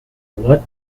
what